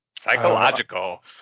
Psychological